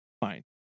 Fine